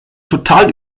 total